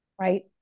Right